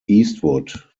eastwood